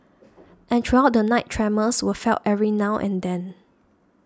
and throughout the night tremors were felt every now and then